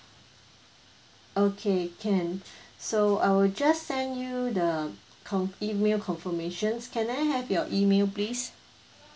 okay can so I will just send you the con~ email confirmations can I have your email please